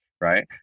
right